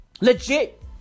Legit